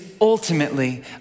ultimately